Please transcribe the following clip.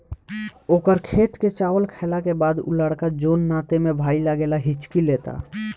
ओकर खेत के चावल खैला के बाद उ लड़का जोन नाते में भाई लागेला हिच्की लेता